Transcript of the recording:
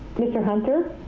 mr. hunter?